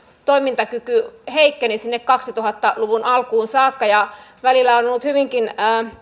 toimintakyky heikkeni sinne kaksituhatta luvun alkuun saakka ja välillä on on ollut hyvinkin